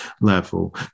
level